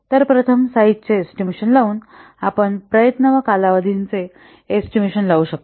तर प्रथम साईझ चे एस्टिमेशन लावून आपण प्रयत्न व कालावधीचा एस्टिमेशन लावू शकतो